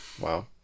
Wow